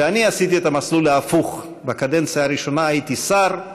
ואני עשיתי את המסלול ההפוך: בקדנציה הראשונה הייתי שר,